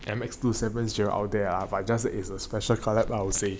M_X two seven zero out there are just there is a special coloured I would say